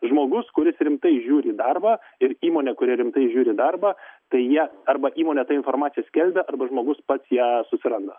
žmogus kuris rimtai žiūri į darbą ir įmonė kuri rimtai žiūri į darbą tai jie arba įmonė tą informaciją skelbia arba žmogus pats ją susiranda